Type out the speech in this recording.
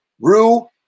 Rue